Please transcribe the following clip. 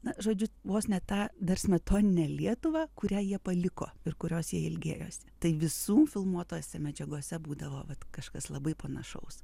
na žodžiu vos ne tą dar smetoninę lietuvą kurią jie paliko ir kurios jie ilgėjosi tai visų filmuotose medžiagose būdavo vat kažkas labai panašaus